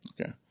Okay